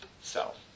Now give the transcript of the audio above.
self